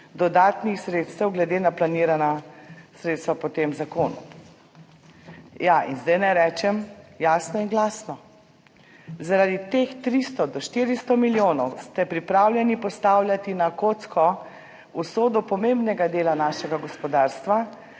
dodatnih sredstev glede na planirana sredstva po tem zakonu. Zdaj bom rekla jasno in glasno, zaradi teh 300 do 400 milijonov ste pripravljeni postaviti na kocko usodopomembnega dela našega gospodarstva,